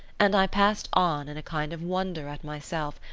and i passed on in a kind of wonder at myself,